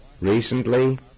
Recently